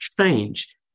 change